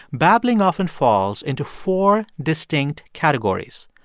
babbling often falls into four distinct categories.